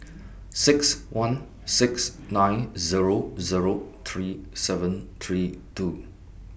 six one six nine Zero Zero three seven three two